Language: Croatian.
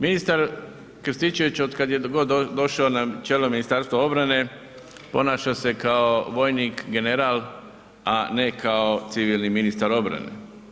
Ministar Krstičević otkad je god došao na čelo Ministarstva obrane, ponašao se kao vojnik, general a ne kao civilni ministar obrane.